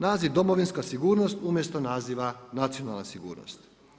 Naziv domovinska sigurnost, umjesto nazivima nacionalne sigurnosti.